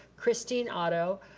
christine otto,